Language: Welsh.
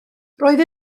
roedd